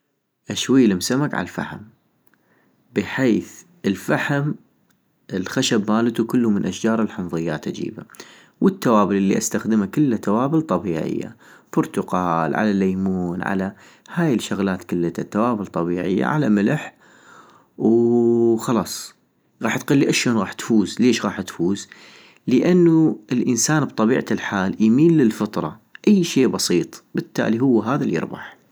اشويلم سمك عالفحم - بحيث الفحم الخشب مالو كلو من اشجار الحمضيات اجيبا، والتوابل الي استخدما كلا توابل طبيعية، برتقال على ليمون على ، هاي الشغلات كلتا توابل طبيعية على ملح ، ووو خلص، غاح تقلي اشون غاح تفوز ؟ ليش غاح تفوز؟ - لانو الانسان بطبيعة الحال يميل للفطرة ، اي شي بسيط بالتالي هو هذا اليربح